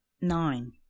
nine